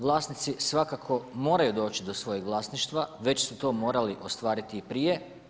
Vlasnici svakako moraju doći do svojeg vlasništva, već su to morali ostvariti i prije.